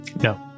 No